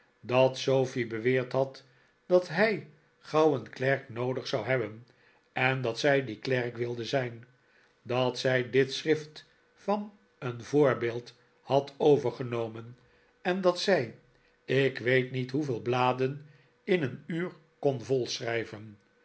dat sofie beweerd had dat hij gauw een klerk noodig zou hebben en dat zij die klerk wilde zijn dat zij dit schrift van een voorbeeld had overgenomen en dat zij ik weet niet hoeveel bladen in een uur kon volschrijven